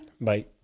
Bye